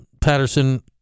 Patterson